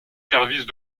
services